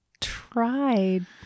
tried